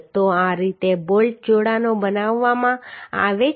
તો આ રીતે બોલ્ટ જોડાણો બનાવવામાં આવે છે